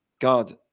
god